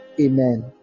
Amen